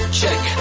check